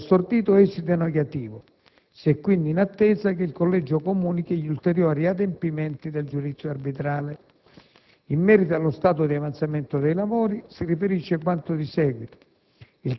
che ha sortito esito negativo. Si è quindi in attesa che il collegio comunichi gli ulteriori adempimenti del giudizio arbitrale. In merito allo stato di avanzamento dei lavori e alle problematiche